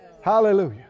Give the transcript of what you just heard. Hallelujah